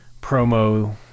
promo